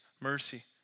mercy